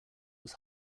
was